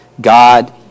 God